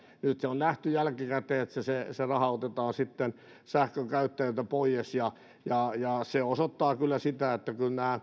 nyt se on nähty jälkikäteen että se se raha otetaan sitten sähkönkäyttäjiltä pois ja ja se osoittaa kyllä sitä että